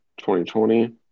2020